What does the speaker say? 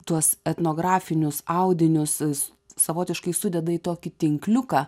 tuos etnografinius audinius us savotiškai sudeda į tokį tinkliuką